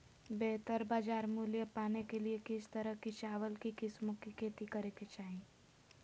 बेहतर बाजार मूल्य पाने के लिए किस तरह की चावल की किस्मों की खेती करे के चाहि?